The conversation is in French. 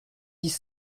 dix